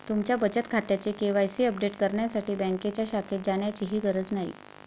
तुमच्या बचत खात्याचे के.वाय.सी अपडेट करण्यासाठी बँकेच्या शाखेत जाण्याचीही गरज नाही